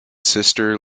sister